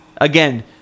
Again